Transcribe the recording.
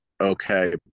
okay